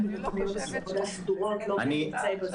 חשוב